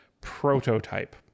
Prototype